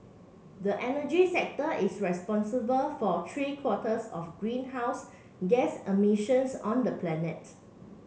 the energy sector is responsible for three quarters of greenhouse gas emissions on the planet